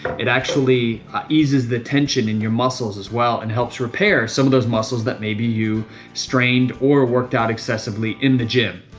it actually eases the tension in your muscles as well, and helps repair some those muscles that maybe you strained or worked out excessively in the gym.